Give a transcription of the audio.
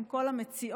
יחד עם כל המציעות,